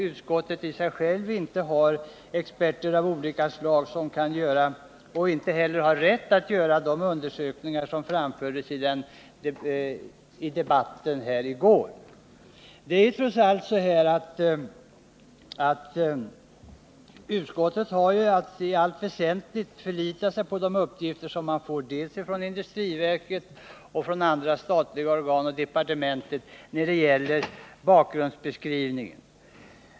Utskottet i sig självt har ju inte experter av olika slag som kan göra de undersökningar som krävdes i debatten i går — utskottsledamöterna har f. ö. inte heller rätt att göra sådana undersökningar. När det gäller bakgrundsbeskrivningar har utskottet att i allt väsentligt förlita sig på de uppgifter som det får dels från industriverket och andra statliga organ, dels från departement.